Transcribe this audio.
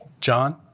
john